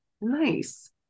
Nice